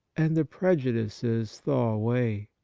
and the prejudices thaw away.